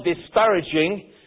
disparaging